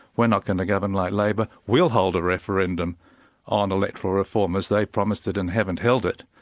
we're not going to govern like labour. we'll hold a referendum on electoral reform as they promised it and haven't held it.